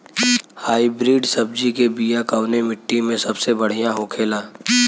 Hybrid सब्जी के बिया कवने मिट्टी में सबसे बढ़ियां होखे ला?